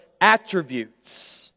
attributes